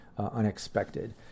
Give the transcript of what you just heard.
unexpected